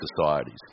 societies